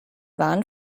waren